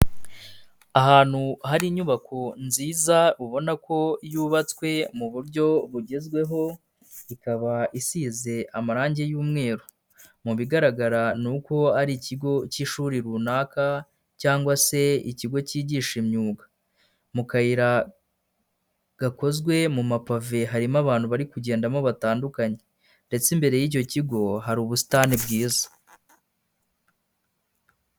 Ahantu hari inyubako nziza ubona ko yubatswe mu buryo bugezweho, ikaba isize amarangi y'umweru. Mu bigaragara ni uko ari ikigo cy'ishuri runaka cyangwa se ikigo cyigisha imyuga. Mu kayira gakozwe mu mapave, harimo abantu bari kugendamo batandukanye ndetse imbere y'icyo kigo hari ubusitani bwiza.